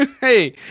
hey